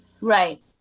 right